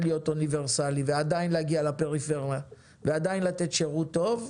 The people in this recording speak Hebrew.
ועדיין יהיה אוניברסלי ועדיין להגיע לפריפריה ועדיין לתת שירות טוב,